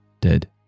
dead